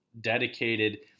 dedicated